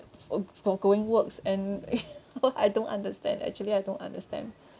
oh for going works and I don't understand actually I don't understand